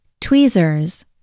Tweezers